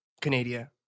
Canada